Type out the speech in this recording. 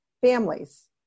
families